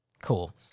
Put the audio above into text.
Cool